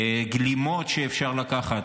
גלימות שאפשר לקחת,